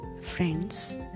friends